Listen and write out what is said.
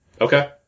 Okay